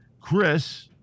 Chris